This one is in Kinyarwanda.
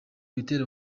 bitera